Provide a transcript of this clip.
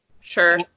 Sure